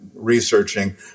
researching